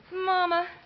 Mama